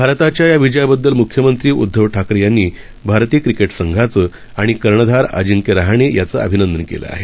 भारताच्या या विजयाबद्दल मुख्यमंत्री उद्धव ठाकरे यांनी भारतीय क्रिकेट संघाचं आणि कर्णधार अजिंक्य रहाणे याचं अभिनंदन केलं आहे